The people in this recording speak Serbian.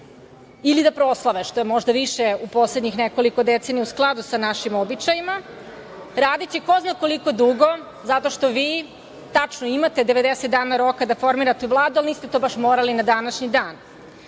ili da proslave, što je možda više u poslednjih nekoliko decenija u skladu sa našim običajima radeći ko zna koliko dugo zato što vi tačno imate 90 dana roka da formirate Vladu, ali niste to baš morali na današnji